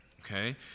Okay